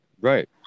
Right